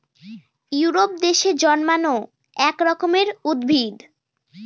Europe দেশে জন্মানো এক রকমের উদ্ভিদ